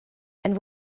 and